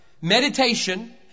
Meditation